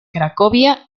cracovia